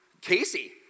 Casey